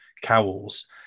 cowls